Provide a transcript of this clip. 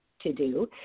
to-do